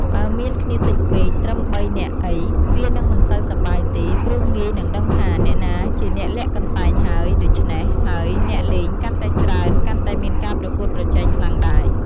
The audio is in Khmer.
បើមានគ្នាតិចពេកត្រឹម៣ នាក់អី វានឹងមិនសូវសប្បាយទេ ព្រោះងាយនឹងដឹងថាអ្នកណាជាអ្នកលាក់កន្សែងហើយ ដូច្នេះហើយអ្នកលេងកាន់តែច្រើន កាន់តែមានការប្រកួតប្រជែងខ្លាំងដែរ។